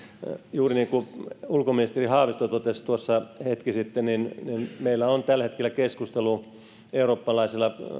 juuri niin kuin ulkoministeri haavisto tuossa hetki sitten totesi niin meillä on tällä hetkellä keskustelu eurooppalaisessa